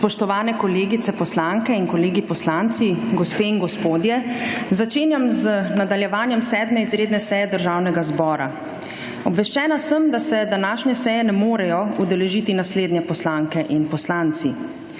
Spoštovane kolegice poslanke in kolegi poslanci, gospe in gospodje! Začenjam nadaljevanje 7. izredne seje Državnega zbkomukora. Obveščena sem, da se današnje seje ne morejo udeležiti naslednje poslanke in poslanci: